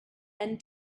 end